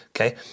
okay